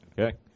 Okay